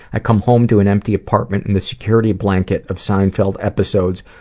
i come home to an empty apartment and the security blanket of seinfeld episodes,